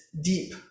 deep